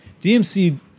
DMC